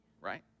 right